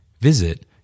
Visit